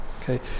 okay